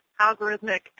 algorithmic